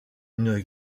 une